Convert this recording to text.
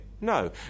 No